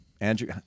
Andrew